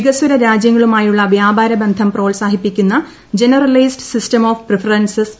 വികസ്വര രാജ്യങ്ങളുമായുള്ള വ്യാപാരബന്ധം പ്രോത്സാഹിപ്പിക്കുന്ന generalised system of preferences G